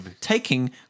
taking